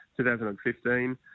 2015